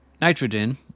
nitrogen